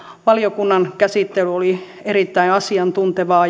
valiokunnan käsittely oli erittäin asiantuntevaa